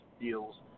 deals